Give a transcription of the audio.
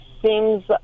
Seems